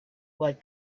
what